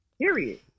Period